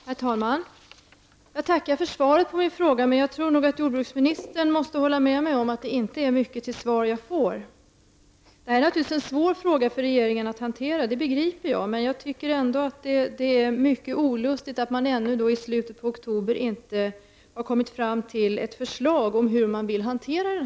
Herr talman! Jag tackar för svaret på min fråga. Men jag tror nog att jordbruksministern måste hålla med mig om att det inte var mycket till svar jag fick. Jag begriper att detta naturligtvis är en svår fråga för regeringen att hantera. Jag tycker att det är mycket olustigt att man ännu i slutet av oktober inte har kommit fram till hur man vill hantera den.